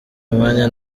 umwanya